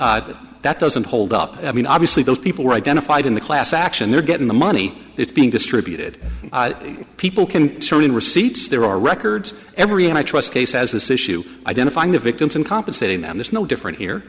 that that doesn't hold up i mean obviously those people were identified in the class action they're getting the money it's being distributed people can turn in receipts there are records every i trust case as this issue identifying the victims and compensating them that's no different here